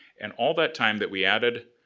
and all that time that we added,